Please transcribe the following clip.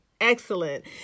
Excellent